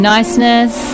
Niceness